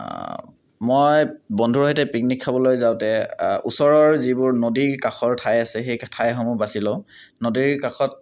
মই বন্ধুৰ সৈতে পিকনিক খাবলৈ যাওঁতে ওচৰৰ যিবোৰ নদীৰ কাষৰ ঠাই আছে সেই ঠাইসমূহ বাছি লওঁ নদীৰ কাষত